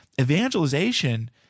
Evangelization